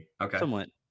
Okay